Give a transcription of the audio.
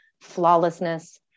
flawlessness